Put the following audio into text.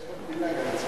יש מקבילה גם אצלכם.